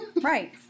Right